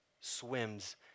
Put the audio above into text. swims